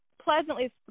pleasantly